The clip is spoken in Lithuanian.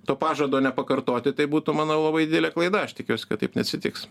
to pažado nepakartoti tai būtų mano labai didelė klaida aš tikiuosi kad taip neatsitiks